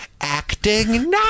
acting